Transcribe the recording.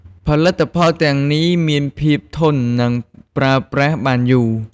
ផលិតផលទាំងនេះមានភាពធន់ និងប្រើប្រាស់បានយូរ។